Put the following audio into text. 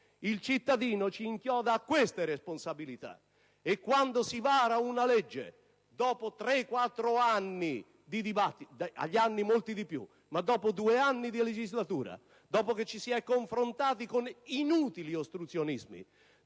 Il cittadino ci inchioda a queste responsabilità e quando si vara una legge dopo molti anni di dibattito, dopo due anni di legislatura e dopo che ci si è confrontati con inutili ostruzionismi,